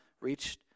reached